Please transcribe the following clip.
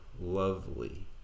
lovely